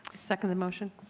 second the motion.